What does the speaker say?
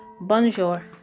bonjour